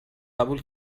قبول